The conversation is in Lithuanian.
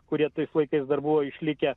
kurie tais laikais dar buvo išlikę